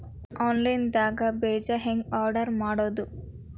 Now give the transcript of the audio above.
Online ದಾಗ ಬೇಜಾ ಹೆಂಗ್ ಆರ್ಡರ್ ಮಾಡೋದು?